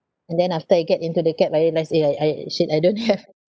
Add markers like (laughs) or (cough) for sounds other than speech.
and then after I get into the cab I realised eh I I shit I don't have (laughs)